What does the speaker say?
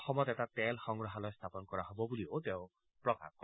অসমত এটা তেল সংগ্ৰহালয় স্থাপন কৰা হ'ব বুলি তেওঁ প্ৰকাশ কৰে